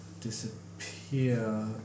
disappear